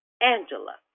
Angela